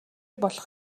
болох